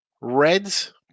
Reds